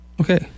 Okay